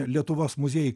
lietuvos muziejai